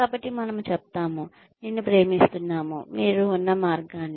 కాబట్టి మనము చెప్తాము నిన్ను ప్రేమిస్తున్నాము మీరు ఉన్న మార్గాన్ని